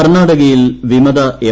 കർണാടകയിൽ വിമത എം